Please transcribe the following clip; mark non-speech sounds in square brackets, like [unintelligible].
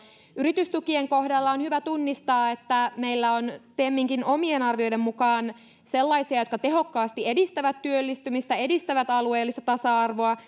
yritystukien kohdalla on hyvä tunnistaa että meillä on teminkin omien arvioiden mukaan sellaisia jotka tehokkaasti edistävät työllistymistä edistävät alueellista tasa arvoa [unintelligible]